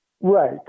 Right